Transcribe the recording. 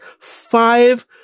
five